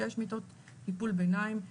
שש מיטות טיפול ביניים,